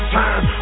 time